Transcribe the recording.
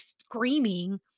screaming